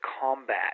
combat